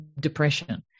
depression